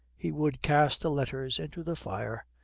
he would cast the letters into the fire,